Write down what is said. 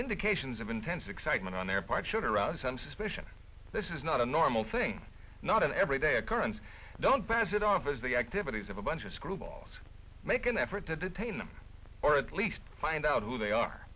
indications of intense excitement on their part should arouse some suspicion this is not a normal thing not an everyday occurrence don't pass it off as the activities of a bunch of screwballs make an effort to detain them or at least find out who they are